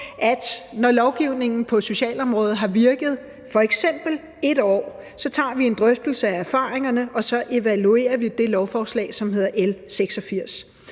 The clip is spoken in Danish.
at når lovgivningen på socialområdet har virket i f.eks. 1 år, tager vi en drøftelse af erfaringerne, og så evaluerer vi det lovforslag, som hedder L 86.